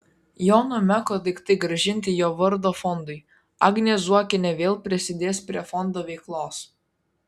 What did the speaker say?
jono meko daiktai grąžinti jo vardo fondui agnė zuokienė vėl prisidės prie fondo veiklos